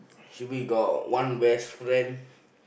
should be got one best friend